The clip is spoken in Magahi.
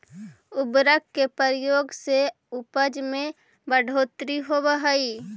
उर्वरक के प्रयोग से उपज में बढ़ोत्तरी होवऽ हई